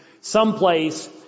someplace